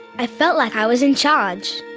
i felt like i was in charge.